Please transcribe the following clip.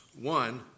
One